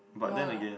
no lah